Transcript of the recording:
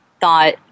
thought